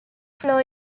floor